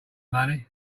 money